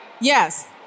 yes